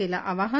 केलं आवाहन